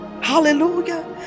Hallelujah